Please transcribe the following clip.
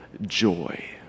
joy